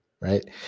right